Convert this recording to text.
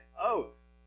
oath